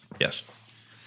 Yes